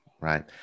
right